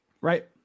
Right